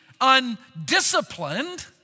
undisciplined